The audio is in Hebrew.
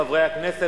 חברי הכנסת,